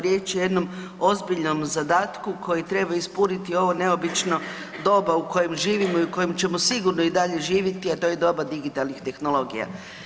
Riječ je o jednom ozbiljnom zadatku koji treba ispuniti ovo neobično doba u kojem živimo i u kojem ćemo sigurno i dalje živjeti, a to je doba digitalnih tehnologija.